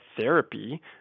therapy